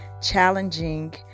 challenging